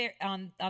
on